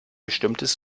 bestimmtes